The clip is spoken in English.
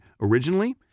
originally